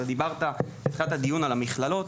אתה דיברת בתחילת הדיון על המכללות,